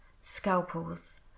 scalpels